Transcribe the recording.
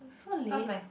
so late